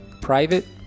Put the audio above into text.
private